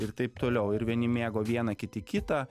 ir taip toliau ir vieni mėgo vieną kiti kitą